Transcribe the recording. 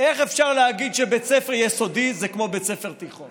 איך אפשר להגיד שבית ספר יסודי זה כמו בית ספר תיכון?